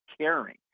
caring